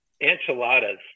Enchiladas